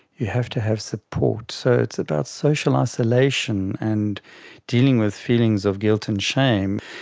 you have to have support. so it's about social isolation and dealing with feelings of guilt and shame,